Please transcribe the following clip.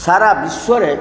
ସାରା ବିଶ୍ୱରେ